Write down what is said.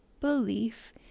belief